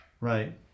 Right